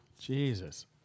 Jesus